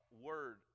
word